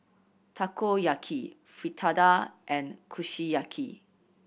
Takoyaki Fritada and Kushiyaki